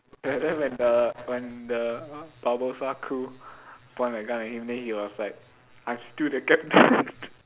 and then when the when the what Barbossa crew point a gun at him then he was like I am still the captain